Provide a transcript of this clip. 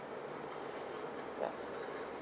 ya